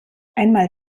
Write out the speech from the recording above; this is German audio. einmal